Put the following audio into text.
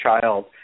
child